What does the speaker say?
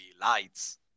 lights